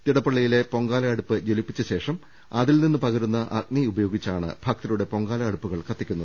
തിടപ്പള്ളിയിലെ പൊങ്കാലഅടുപ്പ് ജലി പ്പിച്ച ശേഷം അതിൽനിന്ന് പകരുന്ന അഗ്നി ഉപയോഗിച്ചാണ് ഭക്ത രുടെ പൊങ്കാല അടുപ്പുകൾ കത്തിക്കുന്നത്